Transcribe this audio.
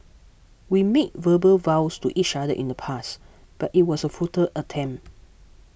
we made verbal vows to each other in the past but it was a futile attempt